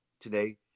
today